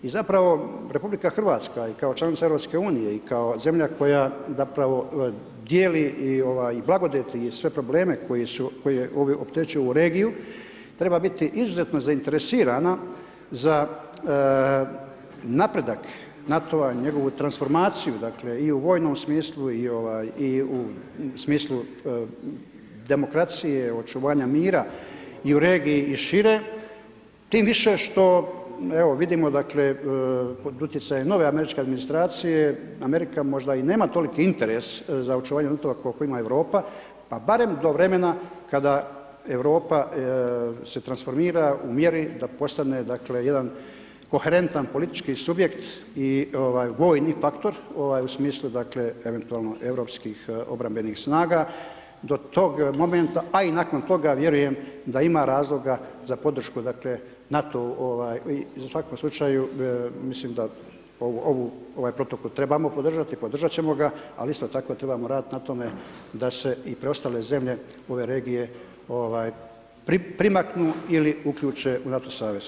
I zapravo, RH je kao članica EU i kao zemlja koja zapravo dijeli i blagodati i sve probleme koji opterećuju regiju, treba biti izuzetno zainteresirana za napredat NATO-a i njegovu transformaciju, dakle u vojnom smislu i smislu demokracije, očuvanja mira i u regiji i šire, tim više što evo vidimo dakle pod utjecajem nove američke administracije, Amerika možda i nema toliki interes za očuvanje .../nerazumljivo/... koliko ima Europa, pa barem do vremena kada Europa se transformira u mjeri da postane jedan koherentan politički subjekt i vojni faktor, u smislu dakle europskih obrambenih snaga, do tog momenta, a i nakon toga vjerujem da ima razloga za podršku dakle NATO-u u svakom slučaju mislim da ovaj protokol trebamo podržati, podržati ćemo ga, ali isto tako trebamo raditi na tome da se i preostale zemlje ove regije primaknu ili uključe u NATO savez.